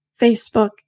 Facebook